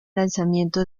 lanzamiento